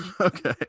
Okay